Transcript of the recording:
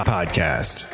Podcast